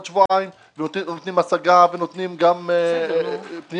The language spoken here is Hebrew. שבועיים ונותנים השגה ונותנים גם פנייה.